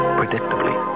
predictably